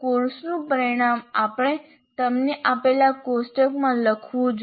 કોર્સનું પરિણામ આપણે તમને આપેલા કોષ્ટકમાં લખવું જોઈએ